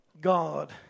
God